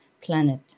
planet